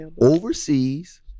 overseas